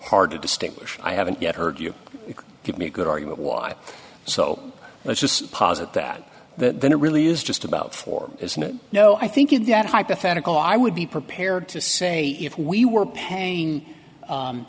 hard to distinguish i haven't yet heard you give me a good argument was i so let's just posit that that then it really is just about four isn't it no i think in that hypothetical i would be prepared to say if we were paying